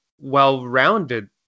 well-rounded